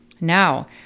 Now